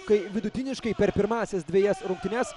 kai vidutiniškai per pirmąsias dvejas rungtynes